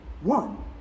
one